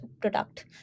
product